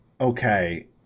Okay